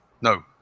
No